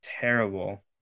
terrible